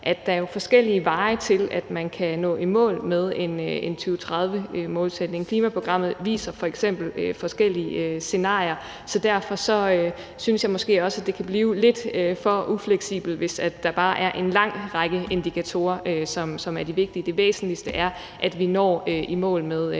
at der er forskellige veje til, at man kan nå i mål med en 2030-målsætning. Klimaprogrammet viser f.eks. forskellige scenarier, så derfor synes jeg måske også, det kan blive lidt for ufleksibelt, hvis der bare er en lang række indikatorer, som er de vigtige. Det væsentligste er, at vi når i mål med de mål, som